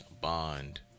bond